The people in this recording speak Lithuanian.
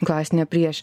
klasine prieše